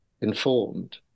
informed